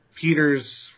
Peter's